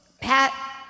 Pat